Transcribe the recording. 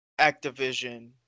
Activision